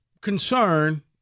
concern